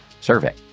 survey